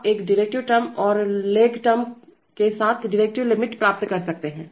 आप एक derivative term और लेग टर्म के साथ डेरिवेटिव लिमिट प्राप्त कर सकते हैं